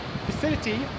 facility